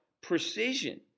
precision